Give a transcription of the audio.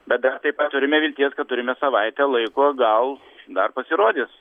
bet dar taip pat turime vilties kad turime savaitę laiko gal dar pasirodys